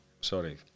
Sorry